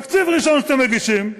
התקציב הראשון שאתם מגישים,